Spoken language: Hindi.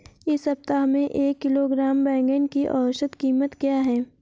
इस सप्ताह में एक किलोग्राम बैंगन की औसत क़ीमत क्या है?